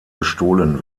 gestohlen